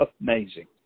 amazing